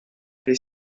les